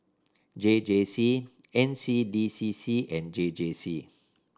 J J C N C D C C and J J C